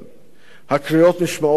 הקריאות נשמעות למרחוק,